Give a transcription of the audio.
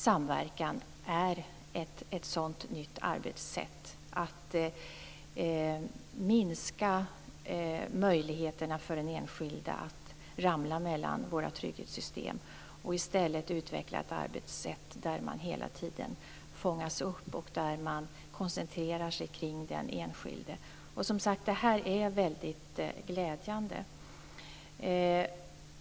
Samverkan är ett sådant nytt arbetssätt för att minska risken för att den enskilde ramlar mellan våra trygghetssystem och att i stället utveckla ett arbetssätt där den enskilde hela tiden fångas upp och där man koncentrerar sig kring den enskilde. Det här är väldigt glädjande.